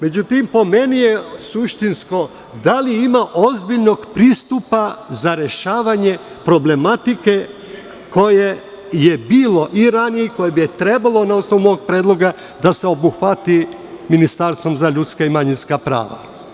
Međutim, po meni je suštinsko da li ima ozbiljnog pristupa za rešavanje problematike koje je bilo i ranije i koje je trebalo na osnovu mog predloga da se obuhvati ministarstvom za ljudska i manjinska prava?